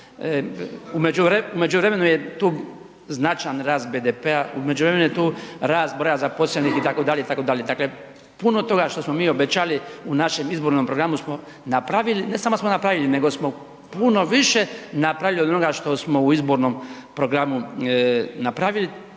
U međuvremenu je tu značajan rast BDP-a, u međuvremenu je tu rast broja zaposlenih itd. itd. Dakle, puno toga što smo mi obećali u našem izbornom programu smo napravili, ne samo da smo napravili nego smo puno više napravili od onoga što smo u izbornom programu napravili,